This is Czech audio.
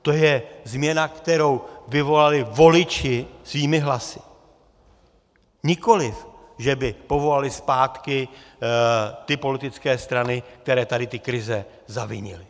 To je změna, kterou vyvolali voliči svými hlasy, nikoliv že by povolali zpátky ty politické strany, které tady ty krize zavinily.